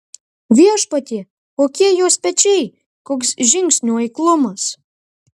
viešpatie kokie jos pečiai koks žingsnių eiklumas